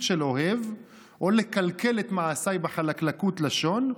של אוהב או לקלקל את מעשיי בחלקלקות לשון,